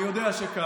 אני יודע שכך.